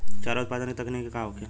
चारा उत्पादन के तकनीक का होखे?